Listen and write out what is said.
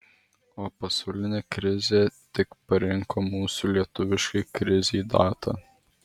o pasaulinė krizė tik parinko mūsų lietuviškai krizei datą